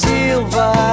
Silva